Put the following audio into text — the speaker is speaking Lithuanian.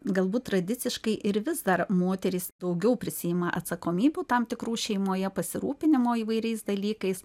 galbūt tradiciškai ir vis dar moterys daugiau prisiima atsakomybių tam tikrų šeimoje pasirūpinimo įvairiais dalykais